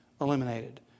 eliminated